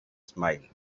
smiled